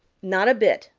not a bit,